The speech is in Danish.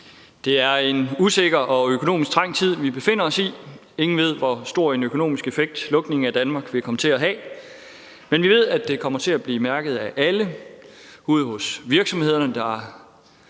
Det er en usikker og økonomisk trængt tid, vi befinder os i. Ingen ved, hvor stor en økonomisk effekt lukningen af Danmark vil komme til at have, men vi ved, at det kommer til at blive mærket af alle. Det gælder også ude i virksomhederne, der jo